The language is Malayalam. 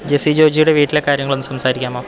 ജെസ്സി ജോജിയുടെ വീട്ടിലെ കാര്യങ്ങളൊന്ന് സംസാരിക്കാമോ